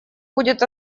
будет